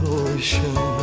ocean